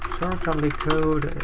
certainlycode,